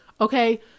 Okay